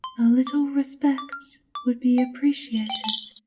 little respect would be appreciated.